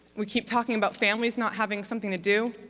we keep talking about families not having something to do.